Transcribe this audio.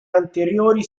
anteriori